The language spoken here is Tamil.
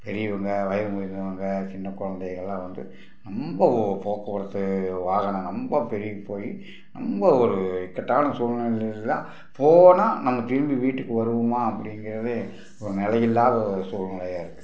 பெரியவங்க வயது முதிர்ந்தவுங்க சின்ன குழந்தைகள்லாம் வந்து ரொம்ப போக்குவரத்து வாகனம் ரொம்ப பெருகி போய் ரொம்ப ஒரு இக்கட்டான சூழ்நிலையில் தான் போனால் நம்ம திரும்பி வீட்டுக்கு வருவமா அப்படிங்கிறதே ஒரு நிலையில்லாத சூழ்நிலையாக இருக்குது